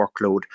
workload